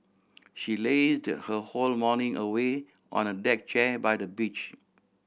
she lazed her whole morning away on a deck chair by the beach